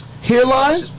Hairline